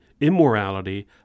immorality